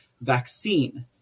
vaccine